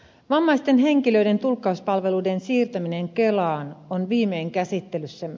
vammaisten henkilöiden tulkkauspalveluiden siirtäminen kelaan on viimein käsittelyssämme